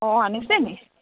অঁ আনিছেনি